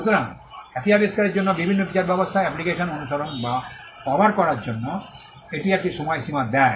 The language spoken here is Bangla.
সুতরাং একই আবিষ্কারের জন্য বিভিন্ন বিচারব্যবস্থায় অ্যাপ্লিকেশন অনুসরণ বা কভার করার জন্য এটি একটি সময়সীমা দেয়